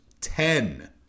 ten